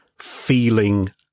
Feeling